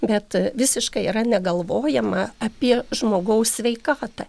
bet visiškai yra negalvojama apie žmogaus sveikatą